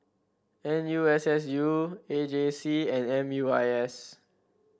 N U S S U A J C and M U I S